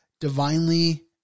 divinely